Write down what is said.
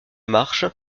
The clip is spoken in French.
marche